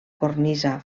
cornisa